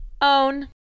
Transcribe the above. own